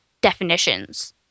definitions